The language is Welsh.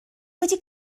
wedi